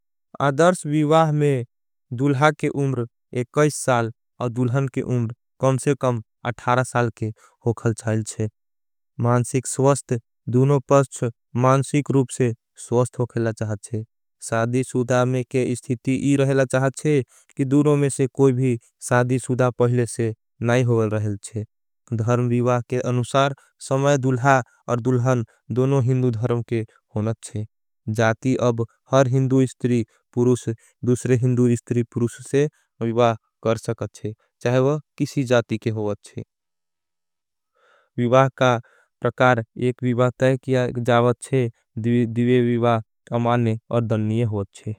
अधर्श विवाह में दुलहा के उम्र इक्कीस साल और दुलहन के उम्र कम से कम अठारह साल के होखल चाहिए। मांसिक स्वस्त, दुनों पस्च मांसिक रूप से स्वस्त होखेला चाहते हैं। साधी सुदा में के इस्थिती इह रहेला चाहते हैं कि दुरों में से कोई भी साधी सुदा पहले से नहीं होगा रहेल चाहते हैं। धर्म विवा के अनुसार समय दुलहा और दुलहन दुनों हिंदु धर्म के होगा चाहते हैं। जाती अब हर हिंदु इस्तिरी पुरुष, दुषरे हिंदु इस्तिरी पुरुष से विवा कर सकते हैं चाहिए वह किसी जाती के होगा चाहिए। विवा का प्रकार एक विवा तैक जावते हैं दिवे विवा अमाने और दन्ये होगा चाहिए।